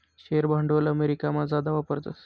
share भांडवल अमेरिकामा जादा वापरतस